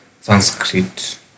Sanskrit